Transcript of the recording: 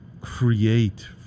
create